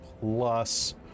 plus